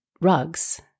rugs –